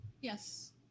Yes